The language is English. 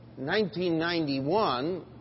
1991